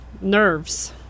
nerves